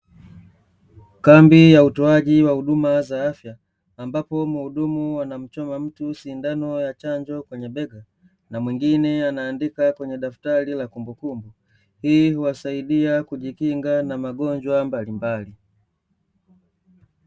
Kambi ya utoaji wa huduma za afya, ambapo mhudumu anamchoma mtu sindano ya chanjo kwenye bega, na mwingine anaandika kwenye daftari la kumbukumbu, hii huwasaidia kujikinga na magonjwa mbalimbali.